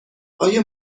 آیا